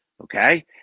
okay